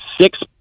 six